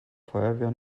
feuerwehr